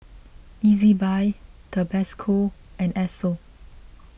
Ezbuy Tabasco and Esso